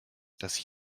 dass